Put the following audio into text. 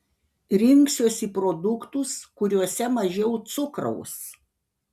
rinksiuosi produktus kuriuose mažiau cukraus